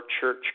church